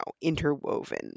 interwoven